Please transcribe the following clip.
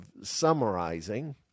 summarizing